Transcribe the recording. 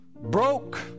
broke